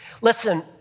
Listen